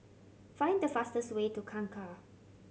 find the fastest way to Kangkar